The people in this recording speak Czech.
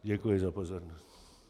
Děkuji za pozornost.